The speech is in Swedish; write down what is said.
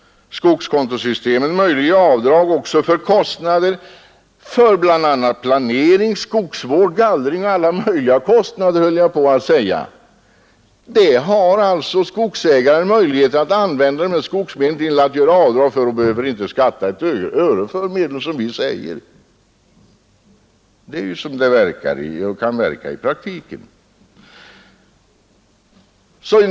Skogskontosystemet möjliggör avdrag också för kostnader för bl.a. plantering, skogsvård, gallring och alla möjliga andra kostnader. Skogsägaren har alltså möjlighet att använda dessa för att göra avdrag och behöver inte skatta ett öre för dem, Det är så det kan verka i praktiken.